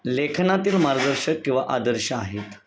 लेखनातील मार्गदर्शक किंवा आदर्श आहेत